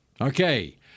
Okay